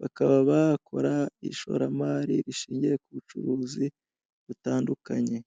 bakaba bakora ishoramari rishingiye ku bucuruzi butandukanye.